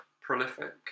prolific